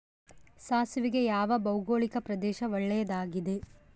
ಸಾಸಿವೆಗೆ ಯಾವ ಭೌಗೋಳಿಕ ಪ್ರದೇಶ ಒಳ್ಳೆಯದಾಗಿದೆ?